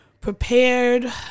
prepared